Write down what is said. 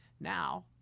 Now